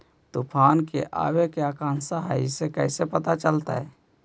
तुफान के आबे के आशंका है इस कैसे पता चलतै?